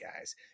guys